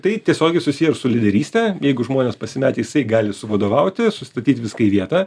tai tiesiogiai susiję ir su lyderyste jeigu žmonės pasimetę jisai gali suvadovauti sustatyt viską į vietą